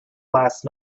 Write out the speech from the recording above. last